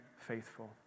faithful